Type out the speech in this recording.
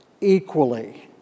equally